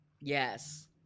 Yes